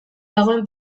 dagoen